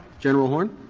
general horne.